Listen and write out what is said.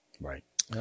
Right